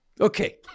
Okay